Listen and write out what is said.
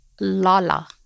Lala